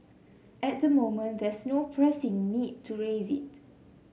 at the moment there's no pressing need to raise it